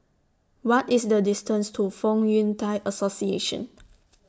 What IS The distance to Fong Yun Thai Association